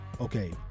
okay